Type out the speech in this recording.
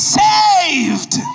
saved